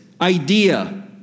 idea